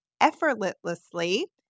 effortlessly